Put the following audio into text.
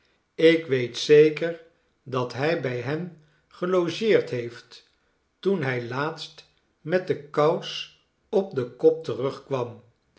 ik weet zeker dat hij bij hen gelogeerd heeft toen hij laatst met de kous op den kop terugkwam